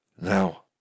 Now